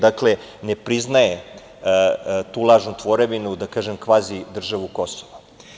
Dakle, ne priznaje tu lažnu tvorevinu, da kažem kvazi državu Kosovo.